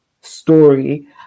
story